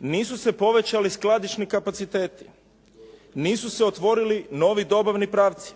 Nisu se povećali skladišni kapaciteti, nisu se otvorili novi dobavni pravci,